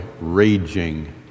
raging